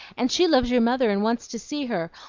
and she loves your mother and wants to see her.